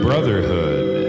Brotherhood